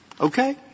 okay